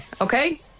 okay